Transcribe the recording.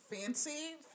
fancy